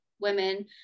women